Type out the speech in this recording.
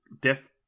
death